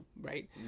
right